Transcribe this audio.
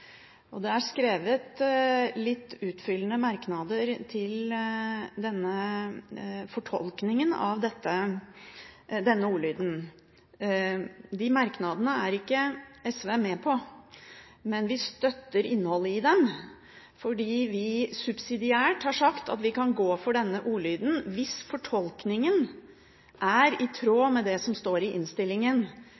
samfunnet. Det er skrevet litt utfyllende merknader til fortolkningen av denne ordlyden. De merknadene er ikke SV med på, men vi støtter innholdet i dem. Vi har sagt at vi subsidiært kan gå for denne ordlyden hvis fortolkningen er i